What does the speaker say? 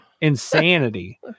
insanity